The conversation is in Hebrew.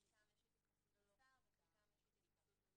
בחלקם יש התייחסות לשר ובחלקם יש התייחסות לממונה.